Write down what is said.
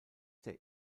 der